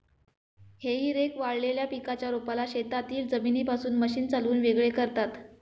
हेई रेक वाळलेल्या पिकाच्या रोपाला शेतातील जमिनीपासून मशीन चालवून वेगळे करतात